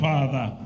Father